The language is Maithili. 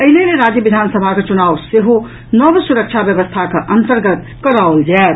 एहि लेल राज्य विधानसभाक चुनाव सेहो नव सुरक्षा व्यवस्थाक अन्तर्गत कराओल जायत